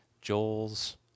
Joel's